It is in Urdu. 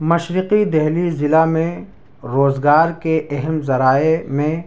مشرقی دہلی ضلع میں روزگار کے اہم ذرائع میں